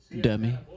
Dummy